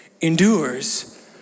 endures